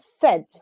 fed